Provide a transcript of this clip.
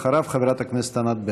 אחריו, חברת הכנסת ענת ברקו.